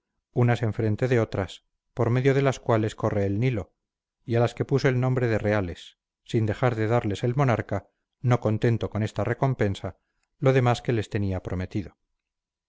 unas en frente de otras por medio de las cuales corre el nilo y a las que puso el nombre de reales sin dejar de darles el monarca no contento con esta recompensa lo demás que le tenía prometido